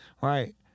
right